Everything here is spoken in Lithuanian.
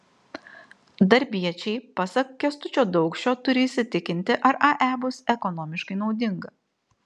darbiečiai pasak kęstučio daukšio turi įsitikinti ar ae bus ekonomiškai naudinga